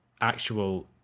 actual